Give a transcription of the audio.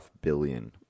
billion